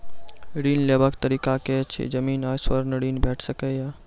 ऋण लेवाक तरीका की ऐछि? जमीन आ स्वर्ण ऋण भेट सकै ये?